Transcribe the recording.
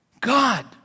God